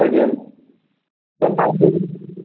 ଆଜ୍ଞା ତ ପାଞ୍ଚ ଲିଟର୍ ତ